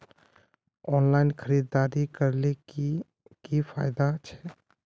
Online खरीदारी करले की की फायदा छे?